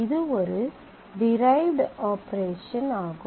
இது ஒரு derived operation ஆகும்